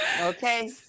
Okay